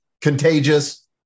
contagious